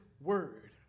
word